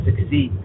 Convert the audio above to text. succeed